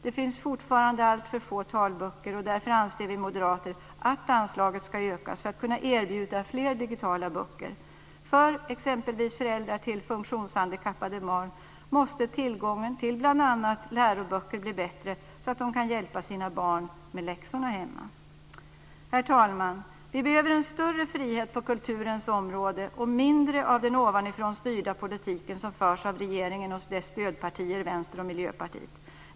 Det finns fortfarande alltför få talböcker, och därför anser vi moderater att anslaget ska ökas så att vi kan erbjuda fler digitala böcker. För föräldrar till exempelvis funktionshandikappade barn måste tillgången till bl.a. läroböcker bli bättre så att de kan hjälpa sina barn med läxorna hemma. Herr talman! Vi behöver en större frihet på kulturens område och mindre av den ovanifrån styrda politik som förs av regeringen och dess stödpartier, Vänstern och Miljöpartiet.